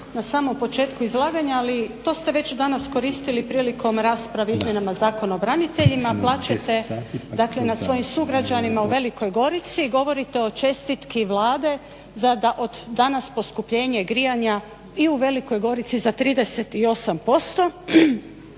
na samom početku izlaganja, ali to ste već danas koristili prilikom rasprave o izmjenama Zakona o braniteljima, plačete dakle nad svojim sugrađanima u Velikoj Gorici i govorite o čestitki Vlade da od danas poskupljenje grijanja i u Velikoj Gorici za 38%.